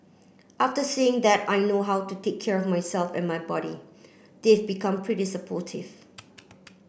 after seeing that I know how to take care of myself and my body they have become pretty supportive